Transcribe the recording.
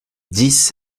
dix